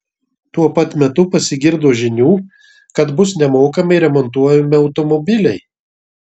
tuo pat metu pasigirdo žinių kad bus nemokamai remontuojami automobiliai